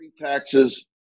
taxes